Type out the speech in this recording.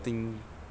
I think